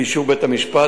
באישור בית-המשפט,